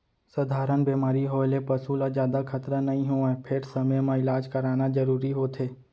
सधारन बेमारी होए ले पसू ल जादा खतरा नइ होवय फेर समे म इलाज कराना जरूरी होथे